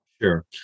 Sure